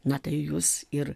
na tai jūs ir